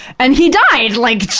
and he died! like,